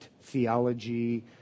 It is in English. theology